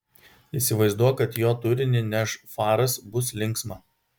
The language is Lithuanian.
įsivaizduok kad jo turinį neš faras bus linksma